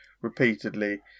repeatedly